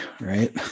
Right